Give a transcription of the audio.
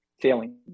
failing